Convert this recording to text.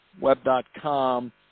Web.com